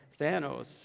Thanos